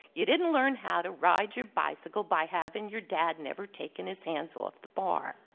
you didn't learn how to ride your bicycle by having your dad never taking his hands off the bar.